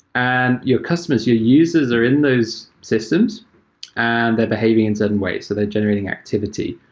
and your customers, your users are in those systems and they're behaving in certain ways. so they're generating activity.